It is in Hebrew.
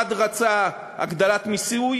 אחד רצה הגדלת מיסוי,